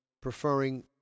preferring